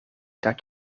dat